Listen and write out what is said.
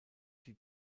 die